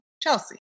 Chelsea